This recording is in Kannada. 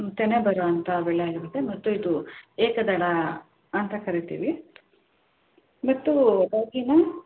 ತೆನೆ ಬರೋವಂತ ಬೆಳೆ ಆಗಿರುತ್ತೆ ಮತ್ತು ಇದು ಏಕದಳ ಅಂತ ಕರೀತೀವಿ ಮತ್ತು ಇದು